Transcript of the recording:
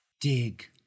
Dig